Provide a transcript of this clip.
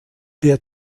der